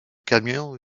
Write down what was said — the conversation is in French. camion